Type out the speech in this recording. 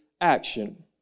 action